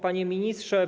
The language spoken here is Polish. Panie Ministrze!